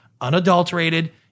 unadulterated